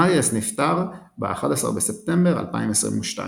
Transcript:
מריאס נפטר ב-11 בספטמבר 2022.